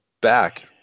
back